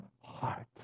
heart